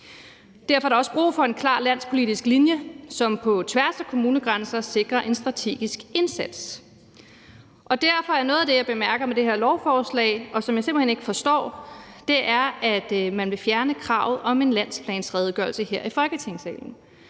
Derfor er der også brug for en klar landspolitisk linje, som på tværs af kommunegrænser sikrer en strategisk indsats. Derfor er noget af det, jeg bemærker ved det her lovforslag, og som jeg simpelt hen ikke forstår, at man vil fjerne kravet om en landsplanredegørelse her i Folketingssalen.